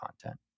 content